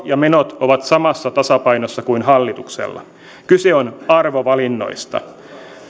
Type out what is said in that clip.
ja menot ovat samassa tasapainossa kuin hallituksella kyse on arvovalinnoista